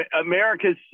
america's